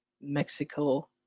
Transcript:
Mexico